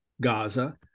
gaza